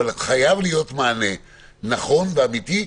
אבל חייב להיות מענה נכון ואמיתי.